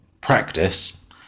practice